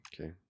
Okay